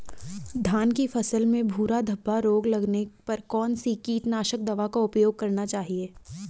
धान की फसल में भूरा धब्बा रोग लगने पर कौन सी कीटनाशक दवा का उपयोग करना चाहिए?